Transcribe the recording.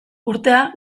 urtea